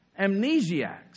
amnesiacs